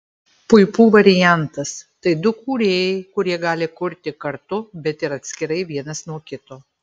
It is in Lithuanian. puipų variantas tai du kūrėjai kurie gali kurti kartu bet ir atskirai vienas nuo kito